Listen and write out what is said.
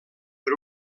per